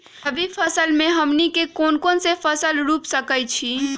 रबी फसल में हमनी के कौन कौन से फसल रूप सकैछि?